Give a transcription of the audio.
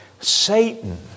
Satan